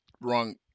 wrong